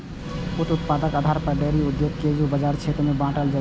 उप उत्पादक आधार पर डेयरी उद्योग कें दू बाजार क्षेत्र मे बांटल जाइ छै